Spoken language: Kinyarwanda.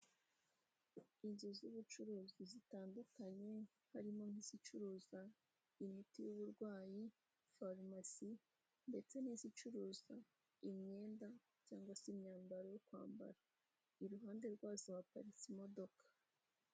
Inzu z'ubucuruzi zitandukanye harimo nk'izicuruza imiti y'uburwayi, farumasi ndetse n'izicuruza imyenda cyangwa se imyambaro yo kwambara. Iruhande rwazo haparitse imodoka.